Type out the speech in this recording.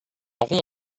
rond